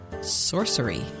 sorcery